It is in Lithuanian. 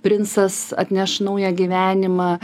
princas atneš naują gyvenimą